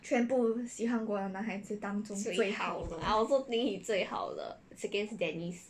I also think he 最好的 second 是 dennis